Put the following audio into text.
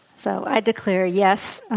so i declare, yes,